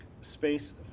space